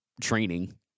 training